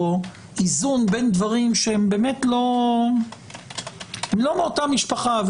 איזון בין דברים שהם באמת לא מאותה משפחה.